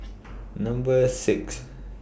Number six